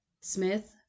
Smith